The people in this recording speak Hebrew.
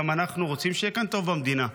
אנחנו רוצים שיהיה טוב כאן במדינה.